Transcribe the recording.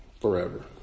forever